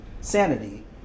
sanity